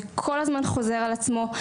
זה כל הזמן חוזר על עצמו,